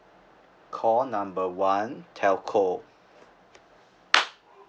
call number one telco